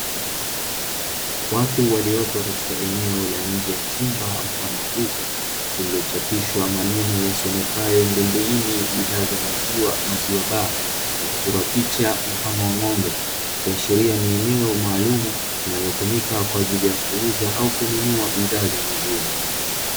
Watu waliopo katika eneo la nje ya chumba mfano wa duka lililochapishwa maneno yasomekayo ndumbuini bidhaa za maziwa, maziwa baa na kuchorwa picha mfano wa ng'ombe ikiashiria ni eneo maalumu linalotumika dhidi ya kuuza au kununua bidhaa za maziwa.